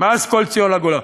מאז "קול ציון לגולה".